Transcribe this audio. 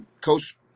coach